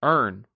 Earn